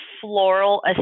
floral